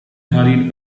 hurried